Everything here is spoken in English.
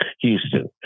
Houston